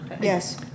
Yes